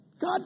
God